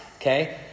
Okay